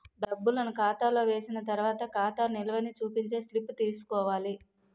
డబ్బులను ఖాతాలో వేసిన తర్వాత ఖాతా నిల్వని చూపించే స్లిప్ తీసుకోవాలి